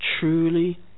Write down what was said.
truly